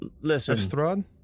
Listen